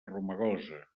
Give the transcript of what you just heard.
romagosa